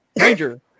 Ranger